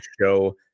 show